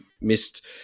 missed